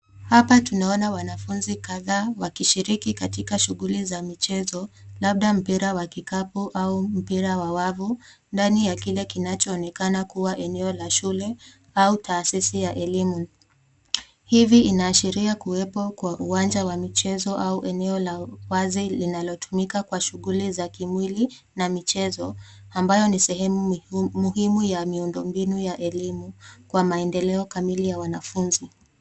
Hapa tunaona wanafunzi kadhaa wakishiriki katika shughuli za michezo labda mpira wa kikapu au mpira wa wavu ndani ya kile kinachoonekana kuwa eneo la shughuli au taasisi ya elimu. Hivi inaashiria kuwepo kwa uwanja la michezo au eneo la wazi linalotumika kwa shughuli za kimwili na michezo ambayo ni sehemu muhimu ya miundo mbinu ya elimu kwa maendeleo kamili ya wanafunzi.